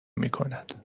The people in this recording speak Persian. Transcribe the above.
میکند